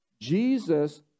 jesus